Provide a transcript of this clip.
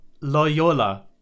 Loyola